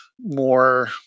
more